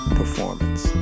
performance